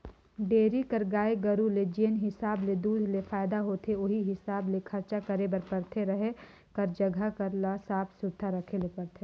dairy कर गाय गरू ले जेन हिसाब ले दूद ले फायदा होथे उहीं हिसाब ले खरचा करे बर परथे, रहें कर जघा ल साफ सुथरा रखे ले परथे